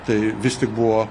tai vis tik buvo